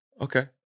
okay